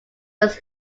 was